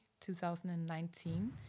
2019